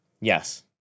Yes